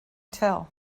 tell